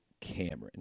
Cameron